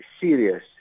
serious